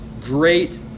great